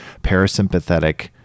parasympathetic